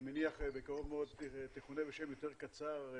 מניח שבקרוב מאוד תכונה בשם יותר קצר,